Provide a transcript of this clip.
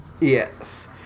Yes